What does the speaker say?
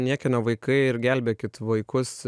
niekieno vaikai ir gelbėkit vaikus